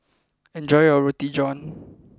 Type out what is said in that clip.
enjoy your Roti John